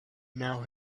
now